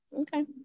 Okay